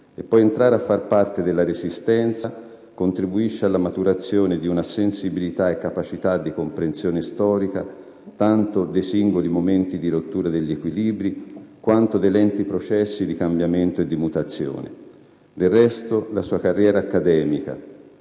e poi entrare a far parte della Resistenza, contribuisce alla maturazione di una sensibilità e capacità di comprensione storica tanto dei singoli momenti di rottura degli equilibri, quanto dei lenti processi di cambiamento e di mutazione. Del resto, la sua carriera accademica,